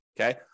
okay